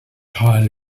highly